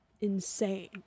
Insane